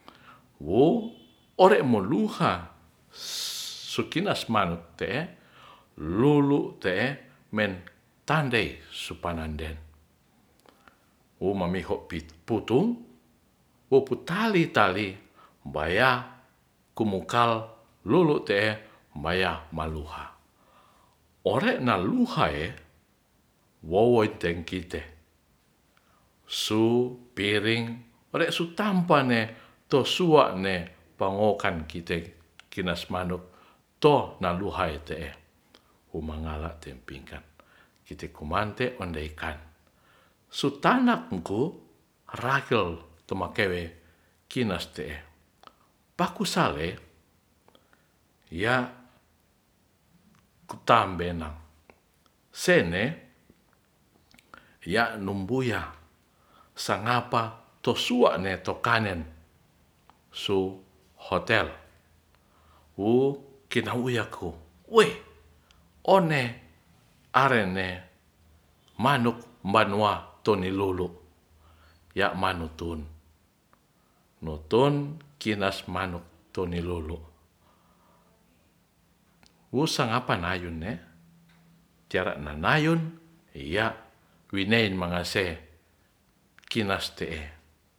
Wo ore moluha su kinas lulu te'e men tandei supanganden wo mamiho pi putung wo pu tali-tali baya kumukal lulu te'e maya maluha ore naluha ee wowo tei kite su piring ore sutampa ne to sua ne pangokan kite kinas manu to naluhai te'e humangala te pingkan kite kumante mandei kan su tanak muko rakel to makewe kinas te'e paku sale ya' kutambena sene ya numbuya sangapa to sua'ne to kanen su hotel wu kinau yako woi one are'ne manuk banua tonilulu ya manutun no tun kinas manuk tone lolo wusanapa nayun ne tiara nanayun ya winei mangase kinas te'e